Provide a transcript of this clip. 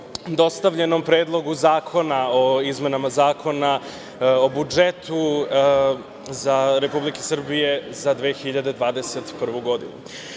dostavljenom Predlogu zakona o izmenama Zakona o budžetu Republike Srbije za 2021. godinu. Svedoci